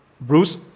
Bruce